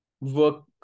work